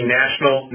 national